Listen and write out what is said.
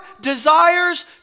desires